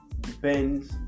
depends